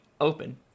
open